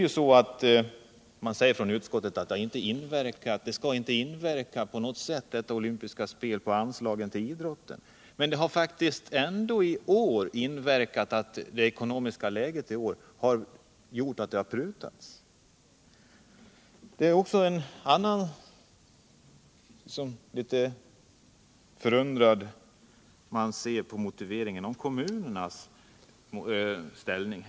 Utskottet säger att de olympiska spelen inte på något sätt skall inverka på anslagen till idrotten. I år har emellerud det ekonomiska läget gjort att riksdagen har prutat på anslagen. Med förundran ser man också på argumenteringen om kommunernas ställning.